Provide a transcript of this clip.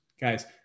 Guys